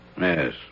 Yes